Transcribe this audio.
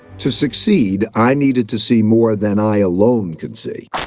to succeed, i needed to see more than i alone could see.